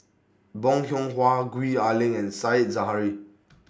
Bong Hiong Hwa Gwee Ah Leng and Said Zahari